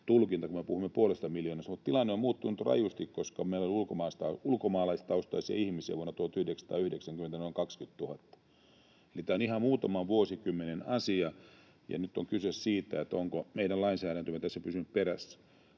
jos ajattelemme sitä, tilanne on muuttunut rajusti, koska meillä oli ulkomaalaistaustaisia ihmisiä vuonna 1990 noin 20 000. Tämä on ihan muutaman vuosikymmenen asia, ja nyt on kyse siitä, onko meidän lainsäädäntömme tässä pysynyt perässä.